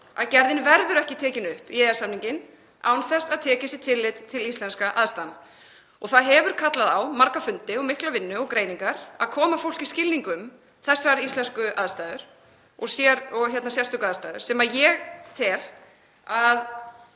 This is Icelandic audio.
að gerðin verður ekki tekin upp í EES-samninginn án þess að tekið sé tillit til íslenskra aðstæðna. Það hefur kallað á marga fundi, mikla vinnu og greiningar, að koma fólki í skilning um þessar sérstöku íslensku aðstæður og ég tel að